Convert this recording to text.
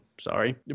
sorry